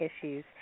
issues